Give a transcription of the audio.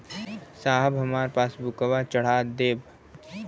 साहब हमार पासबुकवा चढ़ा देब?